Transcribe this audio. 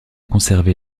conservé